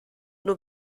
nur